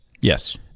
yes